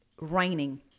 raining